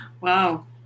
Wow